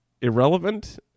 irrelevant